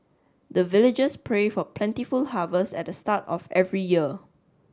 the villagers pray for plentiful harvest at the start of every year